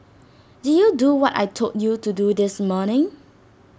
did you do what I Told you to do this morning